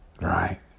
right